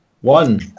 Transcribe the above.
One